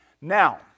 Now